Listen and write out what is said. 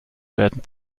werden